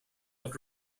but